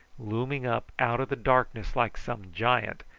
looming up out of the darkness like some giant,